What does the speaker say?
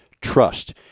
Trust